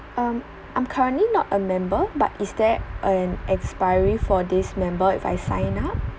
um I'm currently not a member but is there an expiry for this member if I sign up